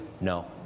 No